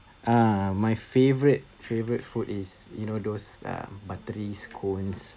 ah my favourite favourite food is you know those uh buttery scones